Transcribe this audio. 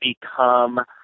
become